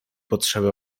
potrzebę